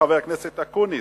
חבר הכנסת אקוניס,